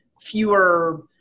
Fewer